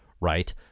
Right